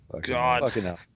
god